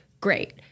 great